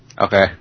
Okay